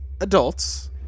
adults